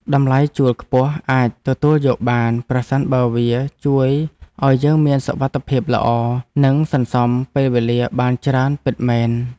តម្លៃជួលខ្ពស់អាចទទួលយកបាន ប្រសិនបើវាជួយឱ្យយើងមានសុវត្ថិភាពល្អ និងសន្សំពេលវេលាបានច្រើនពិតមែន។